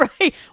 Right